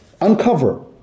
uncover